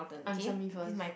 answer me first